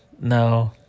no